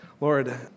Lord